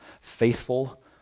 faithful